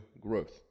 growth